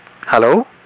Hello